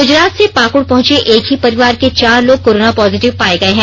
गुजरात से पाकुड़ पहुंचे एक ही परिवार के चार लोग कोरोना पोजेटिव पाये गए है